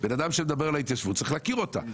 אדם שמדבר על ההתיישבות צריך להכיר אותה,